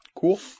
Cool